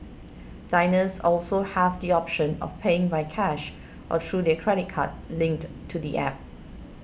diners also have the option of paying by cash or through their credit card linked to the App